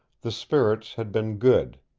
the spirits had been good.